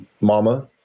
Mama